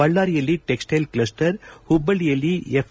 ಬಳ್ಳಾರಿಯಲ್ಲಿ textile cluster ಮಬ್ಬಳ್ಳಯಲ್ಲಿ F